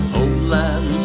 Homeland